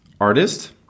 artist